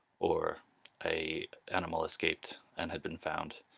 or a animal escaped and had been found.